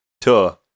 tour